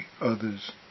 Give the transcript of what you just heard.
others